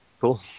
Cool